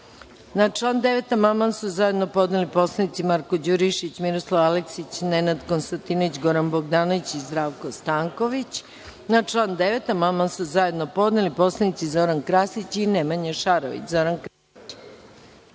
član 9. amandman su zajedno podneli narodni poslanici Marko Đurišić, Miroslav Aleksić, Nenad Konstantinović, Goran Bogdanović i Zdravko Stanković. Na član 9. amandman su zajedno podneli narodni poslanici Zoran Krasić i Nemanja Šarović. **Zoran Krasić**